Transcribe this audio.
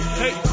hey